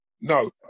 no